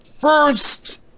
first